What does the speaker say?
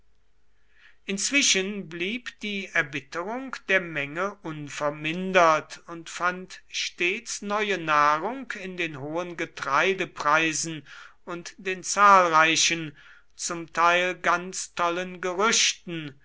inzwischen blieb die erbitterung der menge unvermindert und fand stets neue nahrung in den hohen getreidepreisen und den zahlreichen zum teil ganz tollen gerüchten